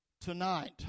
Tonight